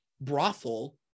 brothel